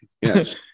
Yes